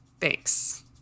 Thanks